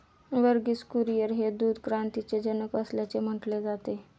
वर्गीस कुरियन हे दूध क्रांतीचे जनक असल्याचे म्हटले जाते